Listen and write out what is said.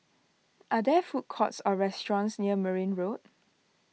are there food courts or restaurants near Merryn Road